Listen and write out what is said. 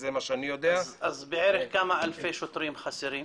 אז בערך כמה אלפי שוטרים חסרים?